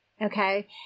Okay